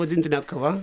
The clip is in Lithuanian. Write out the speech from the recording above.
vadinti kava